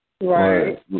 Right